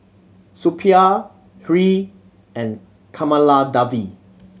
Suppiah Hri and Kamaladevi